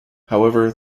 however